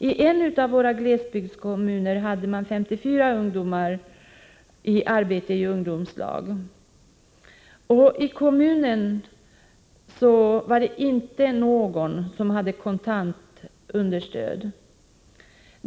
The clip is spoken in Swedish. I en av våra glesbygdskommuner hade 54 ungdomar arbete i ungdomslag. I kommunen fanns inte någon som fick kontant understöd.